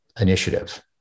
initiative